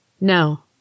No